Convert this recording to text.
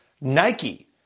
Nike